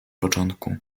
początku